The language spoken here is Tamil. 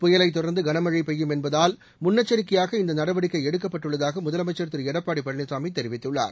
புயலைத் தொடர்ந்து கனமழை பெய்யும் என்பதால் முன்னெச்சரிக்கையாக இந்த நடவடிக்கை எடுக்கப்பட்டுள்ளதாக முதலமைச்சா் திரு எடப்பாடி பழனிசாமி தெரிவித்துள்ளார்